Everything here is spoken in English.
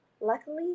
luckily